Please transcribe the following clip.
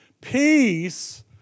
peace